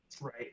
Right